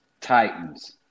Titans